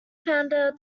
founder